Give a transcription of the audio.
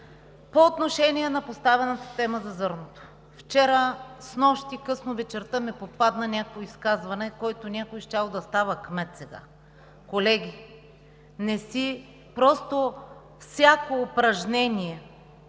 По отношение на поставената тема за зърното. Вчера – снощи късно вечерта ми попадна някакво изказване от някой, щял да става кмет сега. Колеги, просто всяко упражнение